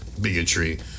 bigotry